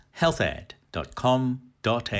healthad.com.au